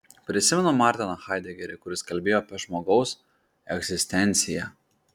prisimenu martiną haidegerį kuris kalbėjo apie žmogaus egzistenciją